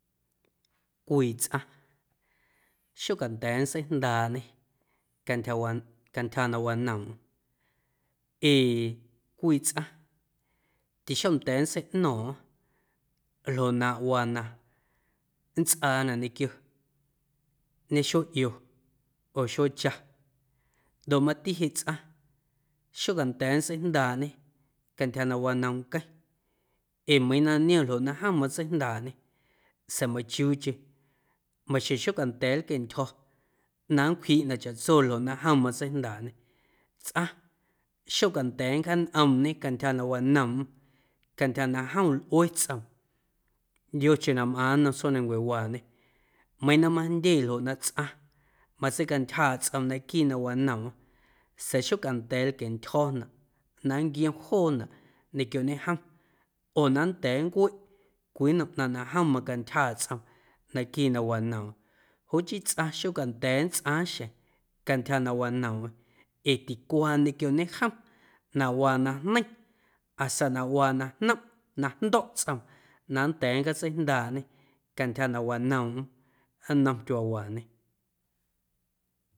Cwii tsꞌaⁿ xocanda̱a̱ nntseijndaaꞌñê cantyja waa cantyja na wanoomꞌm ee cwii tsꞌaⁿ tixonda̱a̱ nntseiꞌno̱o̱ⁿꞌo̱ⁿ ljoꞌnaꞌ waa na nntsꞌaanaꞌ ñequioñe xuee ꞌio oo xuee cha ndoꞌ mati jeꞌ tsꞌaⁿ xocanda̱a̱ ntseijndaaꞌñê cantyja na wanoomꞌ nqueⁿ ee meiiⁿ na niom ljoꞌ na jom matseijndaaꞌñê sa̱a̱ meiⁿchiuucheⁿ maxjeⁿ xocanda̱a̱ nlquieꞌntyjo̱ na nncwjiꞌnaꞌ chaꞌtso ljoꞌ na jom matseijndaaꞌñê tsꞌaⁿ xocanda̱a̱ nncjaañꞌoomñe cantyja na wanoomꞌm cantyja na jom lꞌue tsꞌoom yocheⁿ na mꞌaaⁿ nnom tsjoomnancuewaañe meiiⁿ na majndye ljoꞌ na tsꞌaⁿ matseicantyjaaꞌ tsꞌoom naquiiꞌ na wanoomꞌm sa̱a̱ xocanda̱a̱ lquientyjo̱naꞌ na nnquiom joonaꞌ ñequioñe jom oo na nnda̱a̱ nncueꞌ cwii nnom ꞌnaⁿ na jom macantyjaaꞌ tsꞌoom naquiiꞌ na wanoomꞌm joꞌ chii tsꞌaⁿ xocanda̱a̱ nntsꞌaaⁿ xjeⁿ cantyja na wanoomꞌm ee ticuaa ñequioñe jom na waa na jneiⁿ hasta na waa na jnomꞌ na jndo̱ꞌ tsꞌoom na nnda̱a̱ nncjaatseijndaaꞌñê cantyja na wanoomꞌm nnom tyuaawaañe.